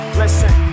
listen